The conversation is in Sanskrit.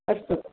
अस्तु